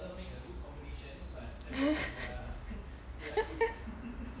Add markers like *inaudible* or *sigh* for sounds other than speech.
*laughs*